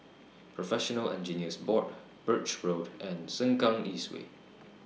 Professional Engineers Board Birch Road and Sengkang East Way